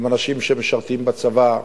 הם אנשים שמשרתים בצבא,